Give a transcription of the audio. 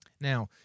Now